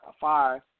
five